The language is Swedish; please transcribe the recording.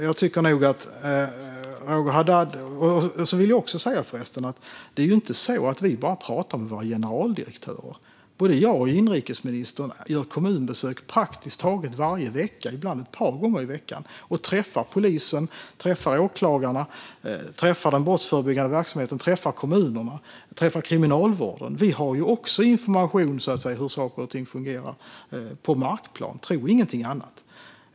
Vi talar inte bara med våra generaldirektörer. Både jag och inrikesministern gör kommunbesök praktiskt taget varje vecka, ibland ett par gånger i veckan, och träffar polis, åklagare, brottsförebyggande verksamhet, kommuner och kriminalvård. Vi får också information om hur saker och ting fungerar på markplan; tro inget annat.